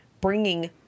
bringing